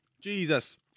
Jesus